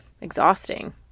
exhausting